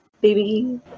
baby